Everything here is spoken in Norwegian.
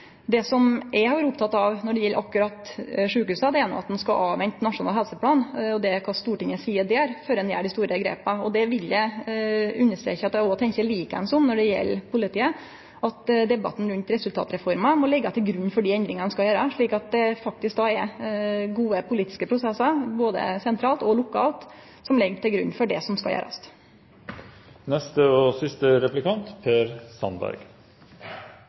Det eg har vore oppteken av når det gjeld sjukehusa, er at ein skal vente på nasjonal helseplan og på kva Stortinget seier i den samanhengen, før ein gjer dei store grepa. Eg vil understreke at eg tenkjer likeins når det gjeld politiet, at debatten om resultatreforma må liggje til grunn for dei endringane ein skal gjere, og at det faktisk er gode politiske prosessar, både sentralt og lokalt, som ligg til grunn for det som altså skal gjerast. La meg få si til representanten Klinge fra Senterpartiet at det var et meget interessant og